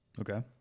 Okay